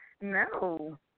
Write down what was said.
no